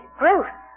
growth